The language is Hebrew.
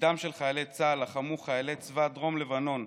לצידם של חיילי צה"ל לחמו חיילי צבא דרום לבנון,